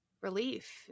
relief